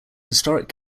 historic